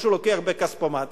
כמו שהוא לוקח בכספומט.